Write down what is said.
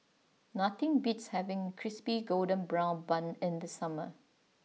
nothing beats having Crispy Golden Brown Bun in the summer